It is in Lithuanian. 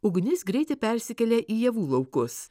ugnis greitai persikelia į javų laukus